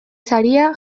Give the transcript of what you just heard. saria